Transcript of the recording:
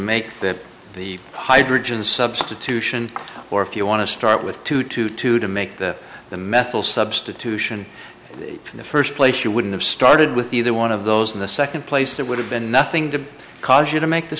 make that the hydrogen substitution or if you want to start with two to two to make the the metal substitution in the first place you wouldn't have started with either one of those in the second place it would have been nothing to cause you to make the